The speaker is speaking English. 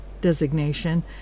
designation